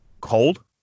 cold